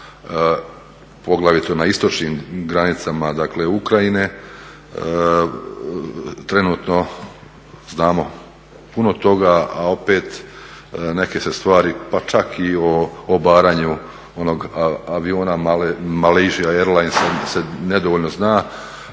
poglavito na istočnim granicama Ukrajine trenutno znamo puno toga, a opet neke se stvari pa čak i o obaranju onog aviona … se nedovoljno zna.